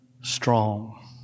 strong